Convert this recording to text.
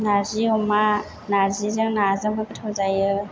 नार्जि अमा नार्जिजों नाजोंबो गोथाव जायो